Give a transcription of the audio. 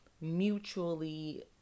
mutually